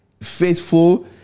Faithful